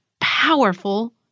powerful